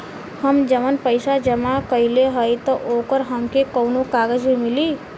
हम जवन पैसा जमा कइले हई त ओकर हमके कौनो कागज भी मिली?